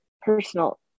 personal